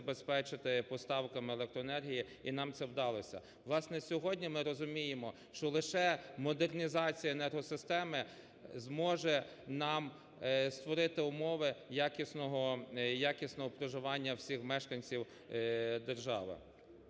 забезпечити поставками електроенергії, і нам це вдалося. Власне, сьогодні ми розуміємо, що лише модернізація енергосистеми зможе нам створити умови якісного проживання всіх мешканців держави.